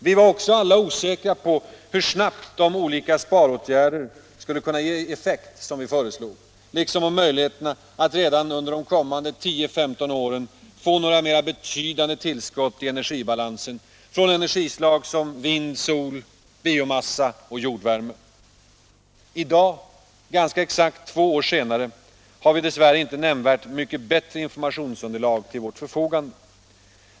Vi var också alla osäk 61 ra om hur snabbt de olika sparåtgärder som vi föreslog skulle kunna ge effekt liksom om möjligheterna att redan de kommande 10-15 åren få några mera betydande tillskott i energibalansen från energislag som vind, sol, biomassa och jordvärme. I dag, ganska exakt två år senare, har vi dess värre inte nämnvärt mycket bättre informationsunderlag till vårt förfogande.